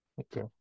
Okay